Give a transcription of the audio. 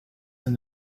than